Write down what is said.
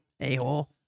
A-hole